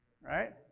right